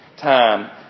time